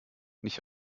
nicht